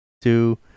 two